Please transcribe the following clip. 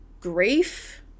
grief